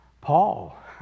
Paul